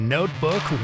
Notebook